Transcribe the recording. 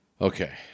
Okay